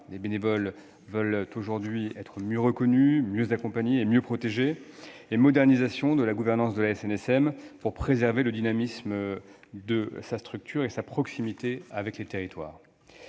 les bénévoles veulent aujourd'hui être mieux reconnus, mieux accompagnés et mieux protégés -; modernisation de la gouvernance de la SNSM, pour préserver le dynamisme de sa structure et sa proximité avec les territoires.